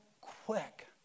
quick